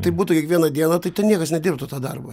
taip būtų kiekvieną dieną tai ten niekas nedirbtų tą darbą